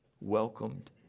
welcomed